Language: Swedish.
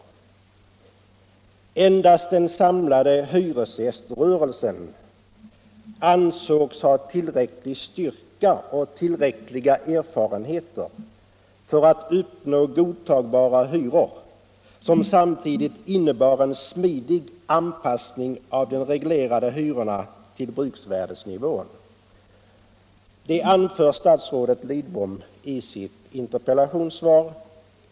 Endast den samlade hyresgäströrelsen ansågs ha tillräcklig styrka och tillräckliga erfarenheter för att uppnå godtagbara hyror, som samtidigt innebar en smidig anpassning av de reglerade hyrorna till bruksvärdesnivån. Det anför statsrådet Lidbom i sitt interpellationssvar.